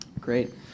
Great